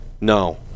no